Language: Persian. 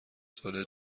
ساله